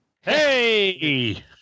Hey